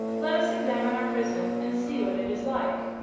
let us examine our prison and see what it is like.